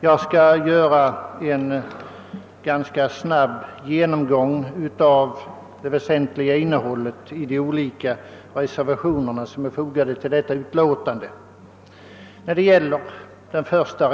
Jag skall här göra en ganska snabb genomgång av det huvudsakliga innehållet i de reservationer som fogats till statsutskottets förevarande utlåtande.